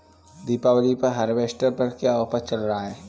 दीपावली पर हार्वेस्टर पर क्या ऑफर चल रहा है?